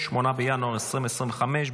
8 בינואר 2025,